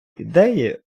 ідеї